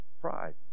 pride